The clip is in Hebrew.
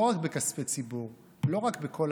לא רק בכספי ציבור, לא רק בכל